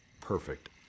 perfect